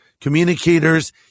communicators